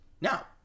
Now